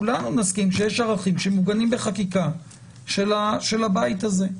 כולנו נסכים שיש ערכים שמעוגנים בחקיקה של הבית הזה.